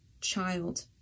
child